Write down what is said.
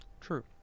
true